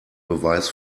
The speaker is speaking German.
beweis